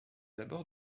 abords